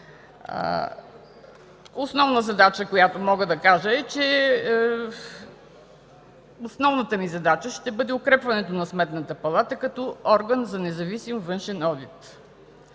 новия закон. Мога да кажа, че основната ми задача ще бъде укрепването на Сметната палата като орган за независим външен одит.